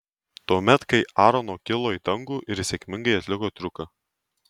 tuomet kai aarono kilo į dangų ir sėkmingai atliko triuką